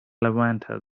levanter